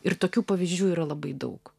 ir tokių pavyzdžių yra labai daug